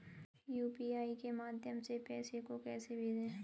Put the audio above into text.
UPI के माध्यम से पैसे को कैसे भेजें?